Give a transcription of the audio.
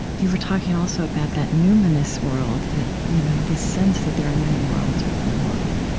you were talking, also, about that numinous world that you know the sense that there are many worlds within the world.